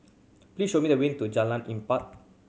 please show me the way to Jalan Empat